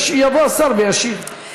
יבוא השר וישיב.